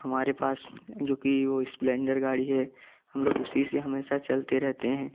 हमारे पास जो कि वो स्प्लेंडर गाड़ी है हम लोग उसी से हमेशा चलते रहते हैं